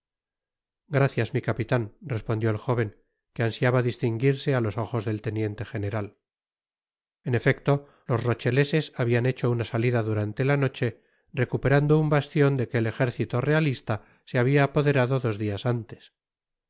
gracias mi capitan respondió el jóven que ansiaba distinguirse á los ojos del teniente general en efecto los rocheleses habian hecho una salida durante la noche recuperando un bastion de que el ejército realista se habia apoderado dos dias antes